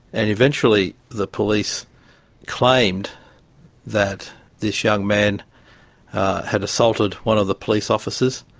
and eventually the police claimed that this young man had assaulted one of the police officers,